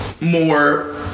more